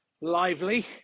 lively